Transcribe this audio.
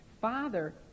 Father